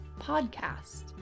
podcast